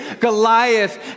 Goliath